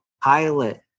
pilot